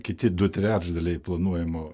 kiti du trečdaliai planuojamo